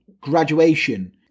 graduation